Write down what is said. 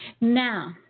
Now